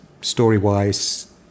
story-wise